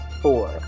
four